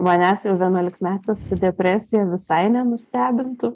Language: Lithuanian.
manęs jau vienuolikmetis depresija visai nenustebintų